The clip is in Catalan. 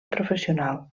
professional